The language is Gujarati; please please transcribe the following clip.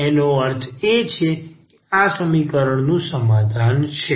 એનો અર્થ એ કે આ સમીકરણ નું સમાધાન છે